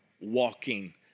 walking